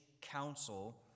council